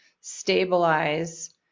stabilize